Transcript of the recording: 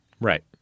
Right